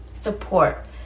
support